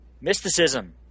Mysticism